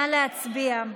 נא להצביע.